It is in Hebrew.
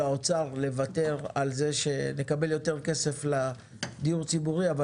משרד האוצר בבקשה לקבל יותר כסף לדיור הציבורי אבל